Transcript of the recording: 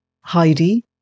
Heidi